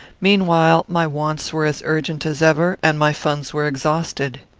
meanwhile, my wants were as urgent as ever, and my funds were exhausted.